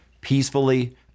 peacefully